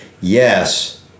yes